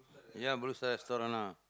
ya restaurant ah